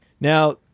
now